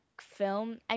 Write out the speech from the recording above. film